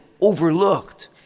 overlooked